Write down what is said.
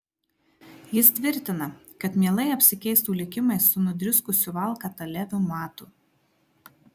jis tvirtina kad mielai apsikeistų likimais su nudriskusiu valkata leviu matu